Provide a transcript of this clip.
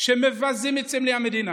שמבזים את סמלי המדינה,